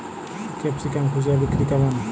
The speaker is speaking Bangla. ক্যাপসিকাম খুচরা বিক্রি কেমন?